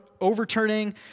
overturning